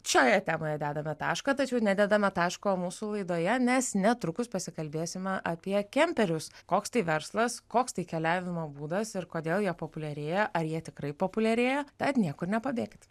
šioje temoje dedame tašką tačiau nededame taško mūsų laidoje nes netrukus pasikalbėsime apie kemperius koks tai verslas koks tai keliavimo būdas ir kodėl jie populiarėja ar jie tikrai populiarėja tad niekur nepabėkit